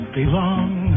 belong